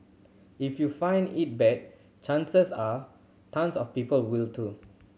if you find it bad chances are tons of people will too